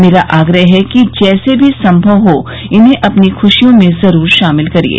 मेरा आग्रह है कि जैसे भी संभव हो इन्हें अपनी ख्शियों में जरुर शामिल करिये